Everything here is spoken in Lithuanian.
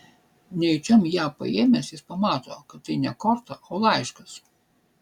nejučiom ją paėmęs jis pamato kad tai ne korta o laiškas